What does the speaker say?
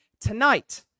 Tonight